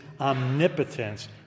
omnipotence